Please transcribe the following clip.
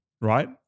right